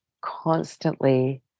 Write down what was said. constantly